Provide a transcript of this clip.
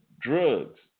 drugs